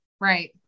right